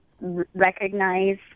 recognize